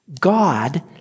God